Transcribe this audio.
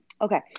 Okay